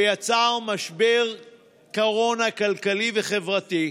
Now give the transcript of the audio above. שיצר משבר קורונה כלכלי וחברתי,